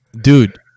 dude